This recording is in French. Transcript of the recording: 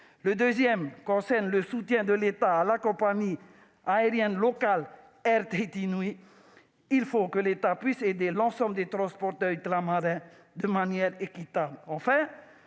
la République concerne le soutien de l'État à la compagnie aérienne locale Air Tahiti Nui. Il faut que l'État puisse aider l'ensemble des transporteurs ultramarins de manière équitable.